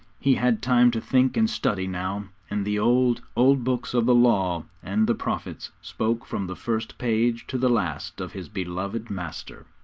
he had time to think and study now and the old, old books of the law and the prophets spoke from the first page to the last of his beloved master,